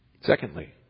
Secondly